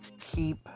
Keep